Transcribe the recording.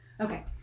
Okay